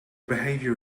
behavior